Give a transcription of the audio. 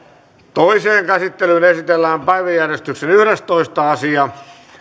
toiseen käsittelyyn esitellään päiväjärjestyksen yhdestoista asia